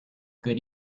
good